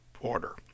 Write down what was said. order